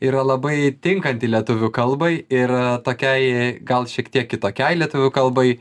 yra labai tinkanti lietuvių kalbai ir tokiai gal šiek tiek kitokiai lietuvių kalbai